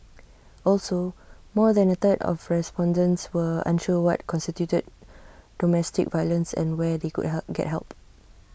also more than A third of respondents were unsure what constituted domestic violence and where they could help get help